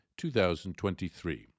2023